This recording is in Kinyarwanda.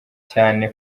cyane